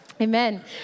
amen